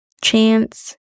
chance